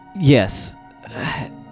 yes